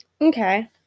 Okay